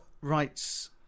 rights